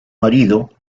marido